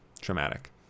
traumatic